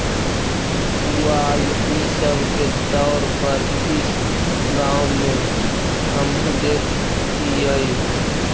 पुआल इ सब के तौर पर इस गाँव में हमनि देखऽ हिअइ